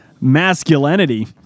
masculinity